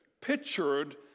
pictured